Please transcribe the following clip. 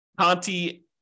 Conti